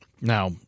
Now